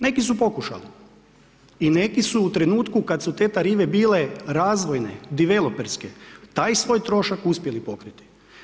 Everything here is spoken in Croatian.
Neki su pokušali i neki su u trenutku kad su te tarive bile razvojne, diveloperske taj svoj trošak uspjeli pokriti.